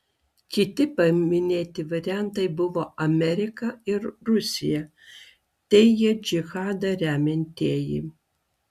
kiti paminėti variantai buvo amerika ir rusija teigia džihadą remiantieji